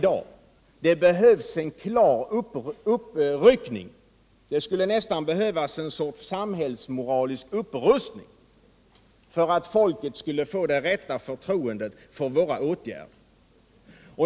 Det behövs en klar uppryckning. Det skulle nästan behövas en sorts samhällsmoralisk upprustning för att folket skall få det rätta förtroendet för våra åtgärder.